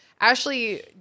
Ashley